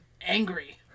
angry